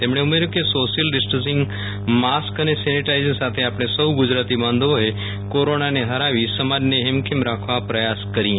તેમણે ઉમેર્યું હતું કે સોશિયલ ડિસ્ટન્સીંગ માસ્ક અને સેનિટાઈઝેશન સાથે આપણે સૌ ગુજરાતી બાંધવોએ કોરોનાને હરાવી સમાજને હેમખેમ રાખવા પ્રયાસ કરીએ